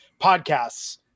podcasts